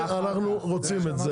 רגע רגע.